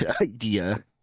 idea